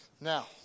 Now